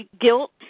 guilt